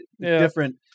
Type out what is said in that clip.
different